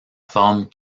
forme